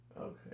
Okay